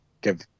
give